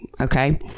Okay